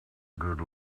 good